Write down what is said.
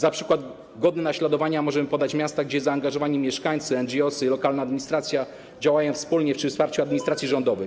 Jako przykład godny naśladowania możemy podać miasta, gdzie zaangażowani mieszkańcy, NGOs, lokalna administracja działają wspólnie, przy wsparciu administracji rządowej.